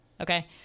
okay